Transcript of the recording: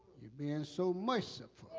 you being so much